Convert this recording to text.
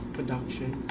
Production